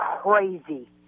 crazy